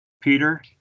Peter